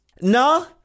No